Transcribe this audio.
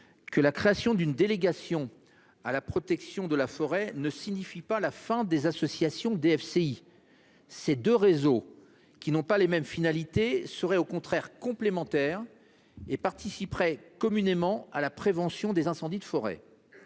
que la création d'une délégation à la protection de la forêt ne signifie pas la fin des associations de DFCI : ces deux réseaux, qui n'ont pas les mêmes finalités, seraient au contraire complémentaires et participeraient en commun à la prévention des incendies de forêt.